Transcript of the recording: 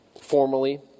formally